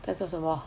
在做什么